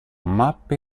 mappe